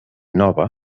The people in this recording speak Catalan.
nova